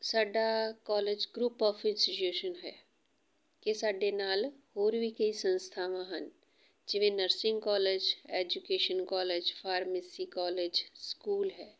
ਸਾਡਾ college group of institution ਹੈ ਕਿ ਸਾਡੇ ਨਾਲ ਹੋਰ ਵੀ ਕਈ ਸੰਸਥਾਵਾਂ ਹਨ ਜਿਵੇਂ nursing college education college pharmacy college school ਹੈ